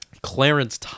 Clarence